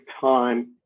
time